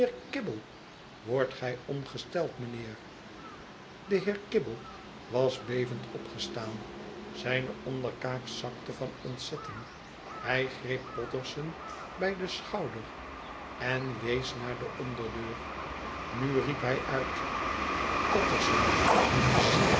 kibble wordt gij ongesteld mijnheer de heer kibble was bevend opgestaan zijne onderkaak zakte van ontzetting hij greep potterson bij den schouder en wees naar de onderdeur nu riep hij uit potterson